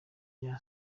cya